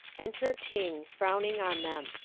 enter king frowning on them,